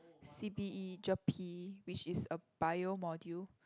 C P E ger-pe which is a bio module